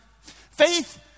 Faith